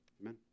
Amen